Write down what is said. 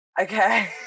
okay